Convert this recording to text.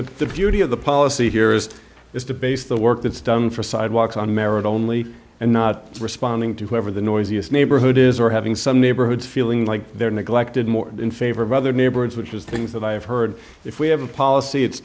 in the beauty of the policy here is to is to base the work that's done for sidewalks on merit only and not responding to whoever the noisiest neighborhood is or having some neighborhoods feeling like they're neglected more in favor of other neighborhoods which is things that i have heard if we have a policy it's